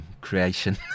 creation